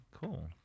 cool